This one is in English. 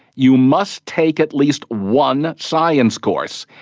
you must take at least one science course.